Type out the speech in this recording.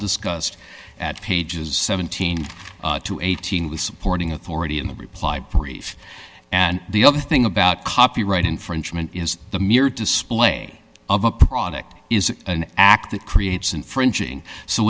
discussed at pages seventeen to eighteen with supporting authority in the reply brief and the other thing about copyright infringement is the mere display of a product is an act that creates infringing so